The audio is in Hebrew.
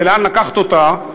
ולאן לקחת אותה,